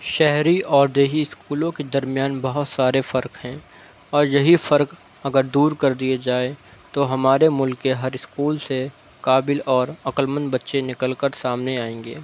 شہری اور دیہی اسکولوں کے درمیان بہت سارے فرق ہیں اور یہی فرق اگر دور کر دیے جائیں تو ہمارے ملک کے ہر اسکول سے قابل اور عقل مند بچے نکل کر سامنے آئیں گے